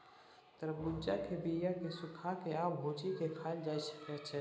तरबुज्जा के बीया केँ सुखा के आ भुजि केँ खाएल जा सकै छै